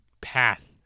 path